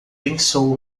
pensou